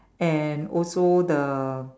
and also the